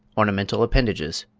ornamental appendages